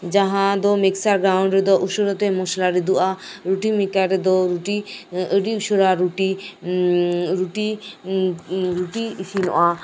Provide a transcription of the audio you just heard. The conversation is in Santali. ᱡᱟᱦᱟᱸ ᱫᱚ ᱢᱤᱠᱥᱪᱟᱨ ᱜᱨᱟᱩᱱᱰ ᱨᱮᱫᱚ ᱩᱥᱟᱹᱨᱟᱛᱮ ᱢᱚᱥᱞᱟ ᱨᱤᱫᱚᱜᱼᱟ ᱨᱩᱴᱤ ᱢᱮᱠᱟᱨ ᱨᱮᱫᱚ ᱨᱩᱴᱤ ᱟᱹᱰᱤ ᱩᱥᱟᱹᱨᱟ ᱨᱩᱴᱤ ᱨᱩᱴᱤ ᱨᱩᱴᱤ ᱤᱥᱤᱱᱚᱜᱼᱟ